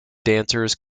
dancers